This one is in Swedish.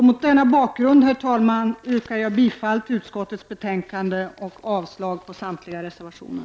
Mot denna bakgrund, herr talman, yrkar jag bifall till hemställan i utskottets betänkande och avslag på samtliga reservationer.